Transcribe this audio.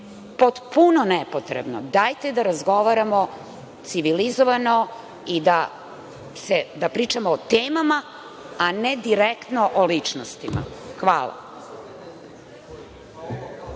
potpuno nepotrebno. Dajte da razgovaramo civilizovano i da pričamo o temama, a ne direktno o ličnostima. Hvala.